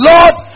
Lord